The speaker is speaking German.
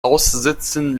aussitzen